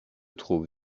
trouve